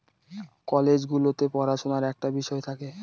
college গুলোতে পড়াশুনার একটা বিষয় থাকে